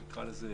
נקרא לזה,